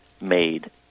made